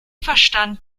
verstand